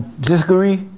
disagree